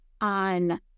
on